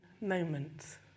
moment